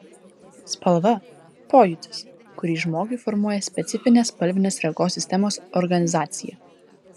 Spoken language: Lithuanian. spalva pojūtis kurį žmogui formuoja specifinė spalvinės regos sistemos organizacija